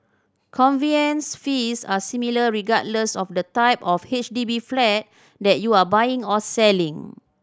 conveyance fees are similar regardless of the type of H D B flat that you are buying or selling